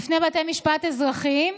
בפני בתי משפט אזרחיים,